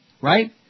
Right